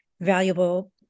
valuable